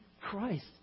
Christ